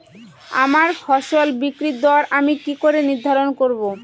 আমার ফসল বিক্রির দর আমি কি করে নির্ধারন করব?